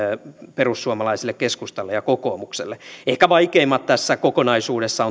perussuomalaisille keskustalle ja kokoomukselle ehkä vaikeimmat tässä kokonaisuudessa